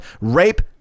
rape